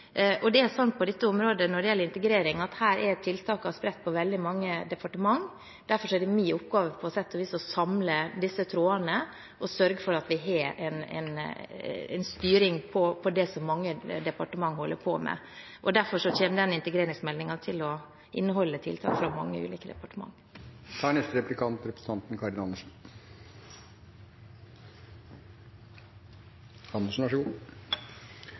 På området som gjelder integrering, er tiltakene spredt på veldig mange departement. Derfor er det min oppgave på sett og vis å samle disse trådene og sørge for at vi har en styring på det som mange departement holder på med. Derfor kommer integreringsmeldingen til å inneholde tiltak fra mange ulike departement. Det er